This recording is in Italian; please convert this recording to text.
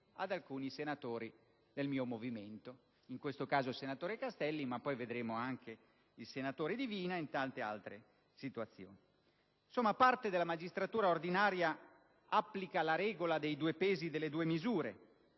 ad alcuni senatori del mio movimento (in questo caso, al senatore Castelli e poi, vedremo, anche al senatore Divina e a tante altre situazioni). Parte della magistratura ordinaria applica la regola dei due pesi e delle due misure;